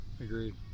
Agreed